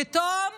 פתאום